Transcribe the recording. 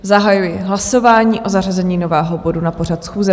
Zahajuji hlasování o zařazení nového bodu na pořad schůze.